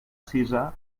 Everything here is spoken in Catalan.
cisa